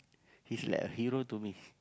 he's like a hero to me